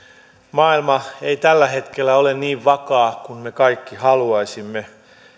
maailma ei tällä hetkellä ole niin vakaa kuin me kaikki haluaisimme